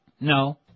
No